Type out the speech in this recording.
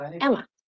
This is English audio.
Emma